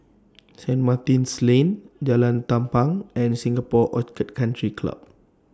Saint Martin's Lane Jalan Tampang and Singapore Orchid Country Club